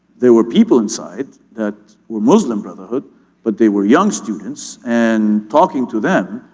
there were people inside that were muslim brotherhood but they were young students and talking to them